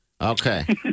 Okay